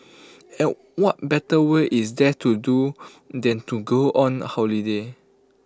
and what better way is there to do than to go on holiday